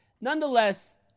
Nonetheless